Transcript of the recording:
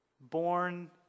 born